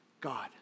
God